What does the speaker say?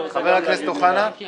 חבר הכנסת אוחנה, בבקשה.